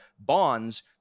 bonds